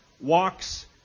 walks